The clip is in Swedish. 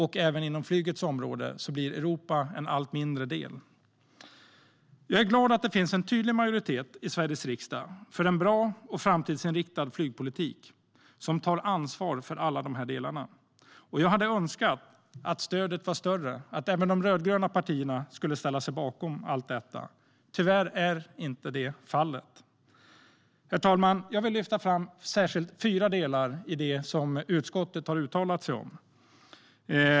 Även på flygets område blir Europa en allt mindre del. Jag är glad att det finns en tydlig majoritet i Sveriges riksdag för en bra och framtidsinriktad flygpolitik som tar ansvar för alla dessa delar. Jag hade dock önskat att stödet var större och att även de rödgröna partierna skulle ställa sig bakom detta. Tyvärr är så inte fallet. Herr talman! Jag vill särskilt lyfta fram fyra delar i det som utskottet har uttalat sig om.